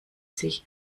sich